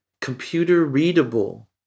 computer-readable